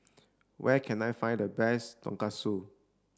where can I find the best Tonkatsu